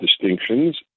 distinctions